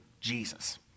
Jesus